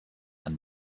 are